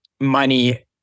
money